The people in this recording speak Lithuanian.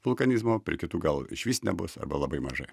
vulkanizmo prie kitų gal išvis nebus arba labai mažai